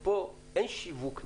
פה אין שיווק נכון.